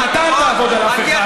גם אתה אל תעבוד על אף אחד.